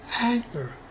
anger